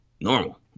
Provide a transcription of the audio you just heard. normal